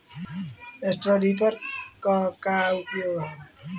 Straw reaper क का उपयोग ह?